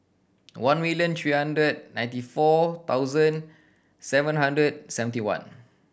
one million three hundred ninety four thousand seven hundred seventy one